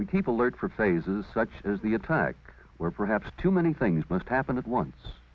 we keep alert for phases such as the attack where perhaps too many things must happen at once